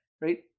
right